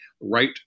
right